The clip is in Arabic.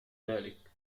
ذلك